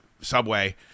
Subway